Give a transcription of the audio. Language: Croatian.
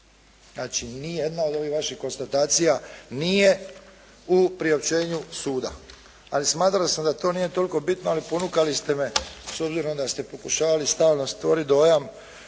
Znači, nijedna od ovih vaših konstatacija nije u priopćenju suda. Ali smatrao sam da to nije toliko bitno ali ponukali ste me s obzirom da ste pokušavali stalno stvoriti dojam